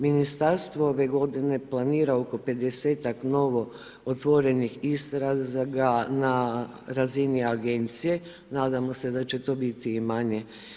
Ministarstvo ove godine planira oko 50-ak novo otvorenih istraga na razini agencije, nadamo se da će to biti i manje.